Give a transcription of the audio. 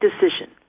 Decision